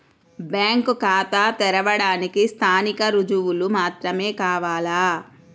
Bank ఖాతా తెరవడానికి స్థానిక రుజువులు మాత్రమే కావాలా?